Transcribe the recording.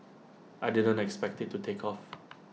I didn't expect IT to take off